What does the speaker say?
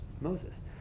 Moses